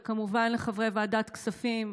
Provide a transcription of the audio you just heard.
וכמובן לחברי ועדת כספים,